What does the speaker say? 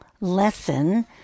lesson